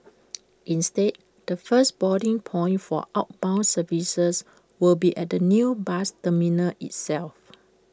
instead the first boarding point for outbound services will be at the new bus terminal itself